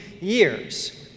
years